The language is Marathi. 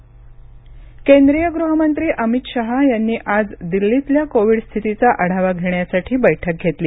दिल्ली बैठक कोविड केंद्रीय गृहमंत्री अमित शहा यांनी आज दिल्लीतल्या कोविड स्थितीचा आढावा घेण्यासाठी बैठक घेतली